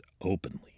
openly